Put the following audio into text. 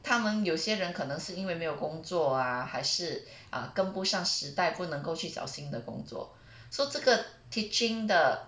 他们有些人可能是因为没有工作啊还是跟不上时代不能够去找新的工作 so 这个 teaching 的